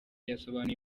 yasobanuye